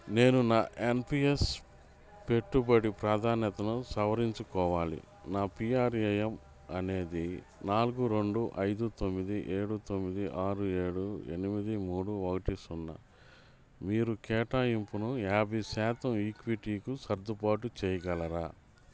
నేను నా ఎన్పిఎస్ పెట్టుబడి ప్రాధాన్యతను సవరించుకోవాలి నా పీఆర్ఏఎమ్ అనేది నాలుగు రెండు ఐదు తొమ్మిది ఏడు తొమ్మిది ఆరు ఏడు ఎనిమిది మూడు ఒకటి సున్నా మీరు కేటాయింపును యాభై శాతం ఈక్విటీకు సర్దుబాటు చేయగలరా